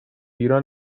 ایران